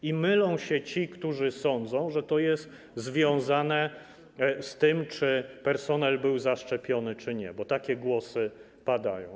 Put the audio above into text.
I mylą się ci, którzy sądzą, że to jest związane z tym, czy personel był zaszczepiony, czy nie, bo takie głosy padają.